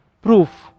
proof